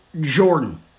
Jordan